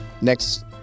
Next